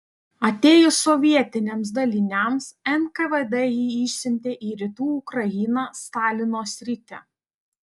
atėjus sovietiniams daliniams nkvd jį išsiuntė į rytų ukrainą stalino sritį